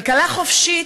כלכלה חופשית,